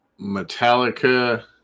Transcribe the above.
Metallica